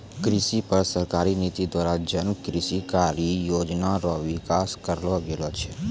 कृषि पर सरकारी नीति द्वारा जन कृषि कारी योजना रो विकास करलो गेलो छै